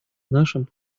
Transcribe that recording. нашим